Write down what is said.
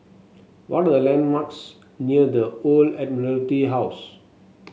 what are the landmarks near The Old Admiralty House